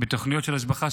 בתוכניות של השבחה,